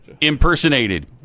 Impersonated